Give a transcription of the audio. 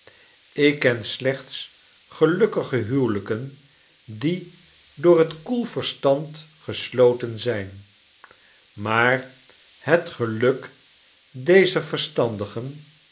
ik ken slechts gelukkige huwelijken die door het koel verstand gesloten zijn maar het geluk dezer verstandigen